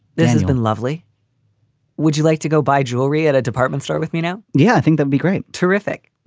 this has been lovely would you like to go buy jewelry at a department store with me now? yeah, i think that'll be great. terrific.